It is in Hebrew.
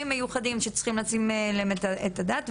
מיוחדים שצריכים לשים עליהם את הדעת,